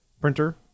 printer